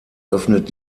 öffnet